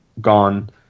gone